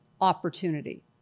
opportunity